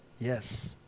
Yes